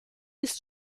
ist